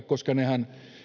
koska nehän